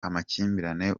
amakimbirane